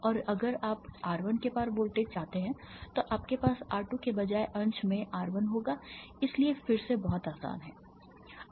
और अगर आप R1 के पार वोल्टेज चाहते हैं तो आपके पास R 2 के बजाय अंश में R1 होगा इसलिए फिर से बहुत आसान है